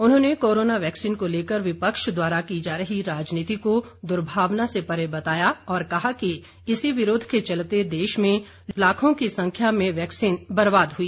उन्होंने corona vaccine को लेकर विपक्ष द्वारा की जा रही राजनीति को दुर्भावना से परे बताया और कहा कि इसी विरोध के चलते देश में लाखों की संख्या में वैक्सीन बर्बाद हई